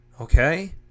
Okay